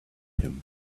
him